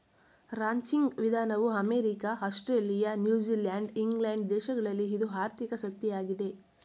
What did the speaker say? ranching ವಿಧಾನವು America, Australia, New Zealand England ದೇಶಗಳಲ್ಲಿ ಇದು ಆರ್ಥಿಕ ಶಕ್ತಿಯಾಗಿದೆ